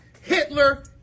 Hitler